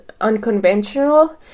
unconventional